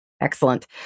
Excellent